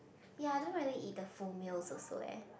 ya don't really eat the full meals also eh